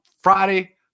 Friday